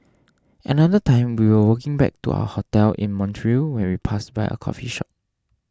another time we were walking back to our hotel in Montreal when we passed by a coffee shop